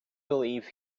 believe